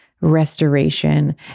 restoration